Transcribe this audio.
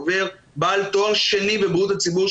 עובד בעל תואר שני בבריאות הציבור,